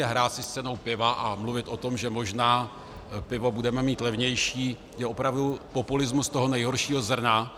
A hrát si s cenou piva a mluvit o tom, že možná pivo budeme mít levnější, je opravdu populismus toho nejhoršího zrna.